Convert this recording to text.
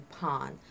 pond